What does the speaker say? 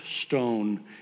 stone